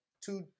two